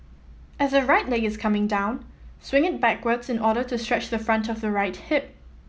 as the right leg is coming down swing it backwards in order to stretch the front of the right hip